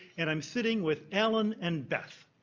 and i'm sitting with allen and beth